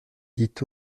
dit